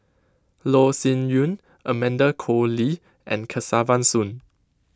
Loh Sin Yun Amanda Koe Lee and Kesavan Soon